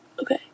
Okay